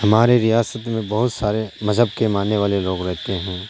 ہمارے ریاست میں بہت سارے مذہب کے ماننے والے لوگ رہتے ہیں